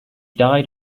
died